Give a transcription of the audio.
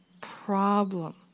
problem